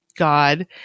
God